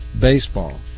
baseball